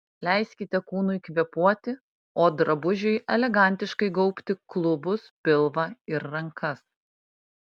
leiskite kūnui kvėpuoti o drabužiui elegantiškai gaubti klubus pilvą ir rankas